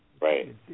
Right